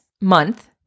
month